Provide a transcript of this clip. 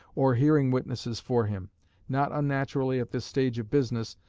or hearing witnesses for him not unnaturally at this stage of business,